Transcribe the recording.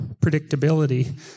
predictability